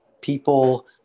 people